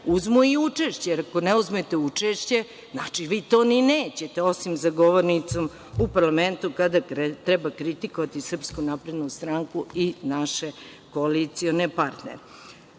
uzmu i učešće. Jer, ako ne uzmete učešće, znači vi to ni nećete, osim za govornicom u parlamentu kada treba kritikovati SNS i naše koalicione partnere. Elem,